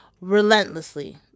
relentlessly